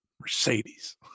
mercedes